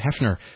Hefner